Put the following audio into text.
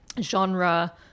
genre